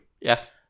Yes